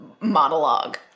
monologue